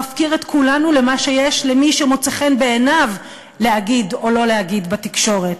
מפקיר את כולנו למה שיש למי שמוצא חן בעיניו להגיד או לא להגיד בתקשורת.